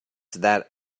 that